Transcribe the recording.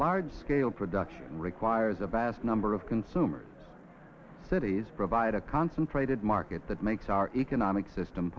large scale production requires a vast number of consumers cities provide a concentrated market that makes economic system